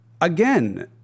again